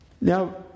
Now